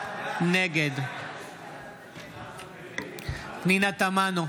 נגד פנינה תמנו,